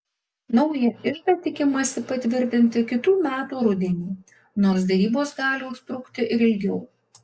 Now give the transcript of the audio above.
naują iždą tikimasi patvirtinti kitų metų rudenį nors derybos gali užtrukti ir ilgiau